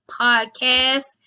podcast